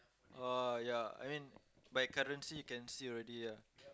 uh ya I mean by currency can see already ah